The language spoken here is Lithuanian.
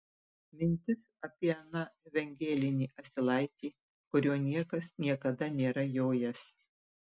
mintis apie aną evangelinį asilaitį kuriuo niekas niekada nėra jojęs